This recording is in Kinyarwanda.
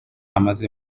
amaze